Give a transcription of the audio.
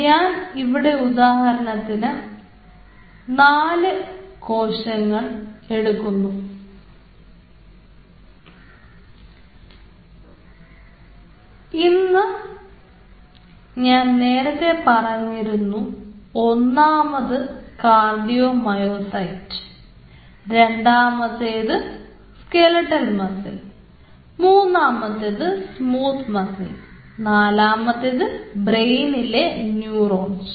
ഞാൻ ഇവിടെ ഉദാഹരണത്തിന് ഇന്ന് നാല് കോശങ്ങൾ എടുക്കുന്നു ഇന്നു ഞാൻ നേരത്തെ പറഞ്ഞിരുന്നു ഒന്നാമത് കാർഡിയോ മയോസൈറ്റ് രണ്ടാമത്തേത് സ്കെലിട്ടൽ മസിൽ മൂന്നാമത്തേത് സ്മൂത്ത് മസിൽ നാലാമത്തേത് ബ്രെയിനിലേ ന്യൂറോൺസ്